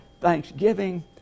thanksgiving